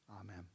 Amen